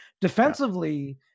defensively